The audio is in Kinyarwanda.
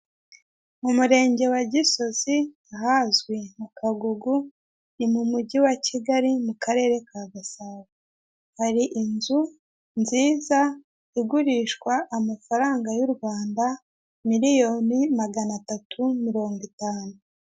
Mu murenge wa Gisozi, ahazwi nka Kagugu, ni mu mugi wa Kigali, mu karere ka Gasabo. Hari inzu nziza, igurishwa amafaranga y'u Rwanda miliyoni magana atatu, mirongo itanu.